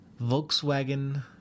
Volkswagen